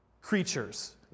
creatures